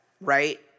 right